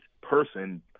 person